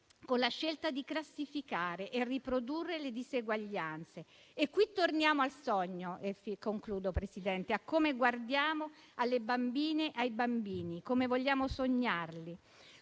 con la scelta di classificare e riprodurre le diseguaglianze. E qui torniamo al sogno - concludo, Presidente - e a come guardiamo alle bambine e ai bambini, a come vogliamo sognarli.